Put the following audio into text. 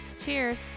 Cheers